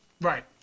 Right